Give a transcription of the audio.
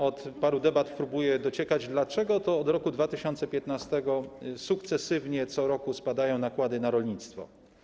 Od paru debat próbuję dociekać, dlaczego to od 2015 r. sukcesywnie co roku spadają nakłady na rolnictwo.